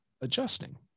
adjusting